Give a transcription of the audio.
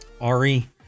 Ari